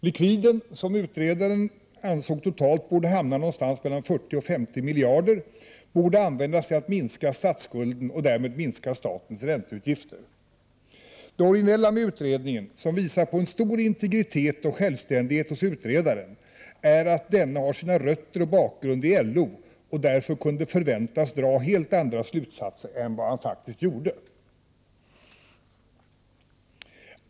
Likviden — som utredaren ansåg totalt borde hamna någonstans mellan 40 och 50 miljarder — borde användas till att minska statsskulden och därmed minska statens ränteutgifter. Det originella med utredningen, som visar på en stor integritet och självständighet hos utredaren, är att denna har sina rötter och sin bakgrund i LO och därför kunde förväntas dra helt andra slutsater än vad han gjorde.